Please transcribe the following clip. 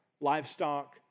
livestock